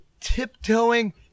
Tiptoeing